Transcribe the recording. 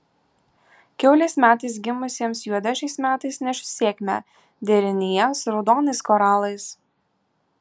kiaulės metais gimusiems juoda šiais metais neš sėkmę derinyje su raudonais koralais